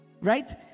Right